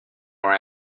our